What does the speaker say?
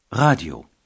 Radio